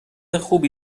خوبی